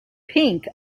pink